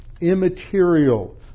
immaterial